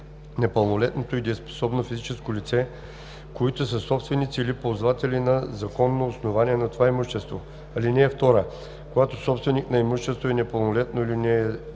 пълнолетното и дееспособно физическо лице, които са собственици или ползватели на законно основание на това имущество. (2) Когато собственик на имуществото е непълнолетно или